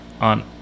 on